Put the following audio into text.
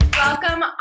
Welcome